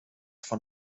von